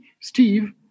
Steve